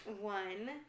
one